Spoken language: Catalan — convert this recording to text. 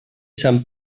sant